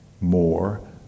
more